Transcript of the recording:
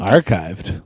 Archived